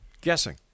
guessing